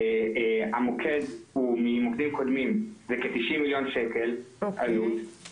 המוקד הוא בעלות של כ-90 מיליון שקלים לפי מוקדים